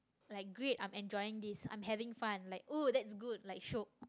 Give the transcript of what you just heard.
like great i'm enjoying this i'm having fun like oh that's good like shiok